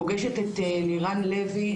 פוגשת את לירן לוי,